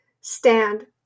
stand